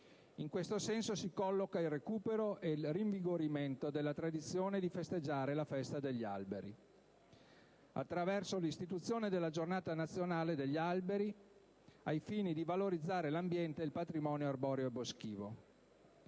In questo senso si colloca il recupero e il rinvigorimento della tradizione di festeggiare la «Festa degli alberi» attraverso l'istituzione della «Giornata nazionale degli alberi» al fine di valorizzare l'ambiente e il patrimonio arboreo e boschivo.